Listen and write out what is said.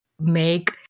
make